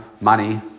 money